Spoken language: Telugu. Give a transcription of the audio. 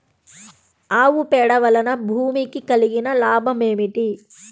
ఆవు పేడ వలన భూమికి కలిగిన లాభం ఏమిటి?